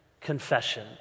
confession